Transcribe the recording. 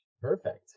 Perfect